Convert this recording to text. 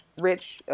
Rich